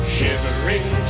Shivering